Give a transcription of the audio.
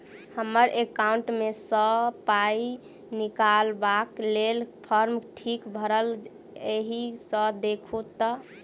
हम्मर एकाउंट मे सऽ पाई निकालबाक लेल फार्म ठीक भरल येई सँ देखू तऽ?